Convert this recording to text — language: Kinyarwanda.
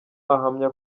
ahamya